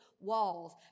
walls